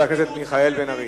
חבר הכנסת מיכאל בן-ארי.